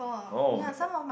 oh ha~ ha~